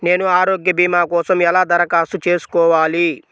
నేను ఆరోగ్య భీమా కోసం ఎలా దరఖాస్తు చేసుకోవాలి?